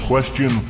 Question